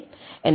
எனவே எல்